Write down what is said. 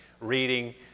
reading